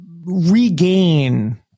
regain